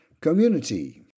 community